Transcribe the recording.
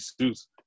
suits